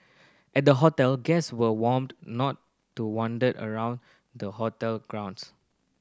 at the hotel guests were warned not to wander around the hotel grounds